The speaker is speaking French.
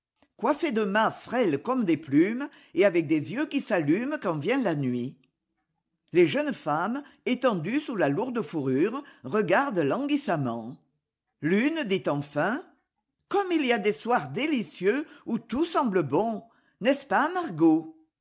coiffés de mâts frêles comme des plumes et avec des yeux qui s'allument quand vient la nuit les jeunes femmes étendues sous la lourde fourrure regardent languissamment l'une dit enfin comme il y a des soirs délicieux où tout semble bon n'est-ce pas margot